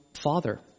father